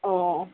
অঁ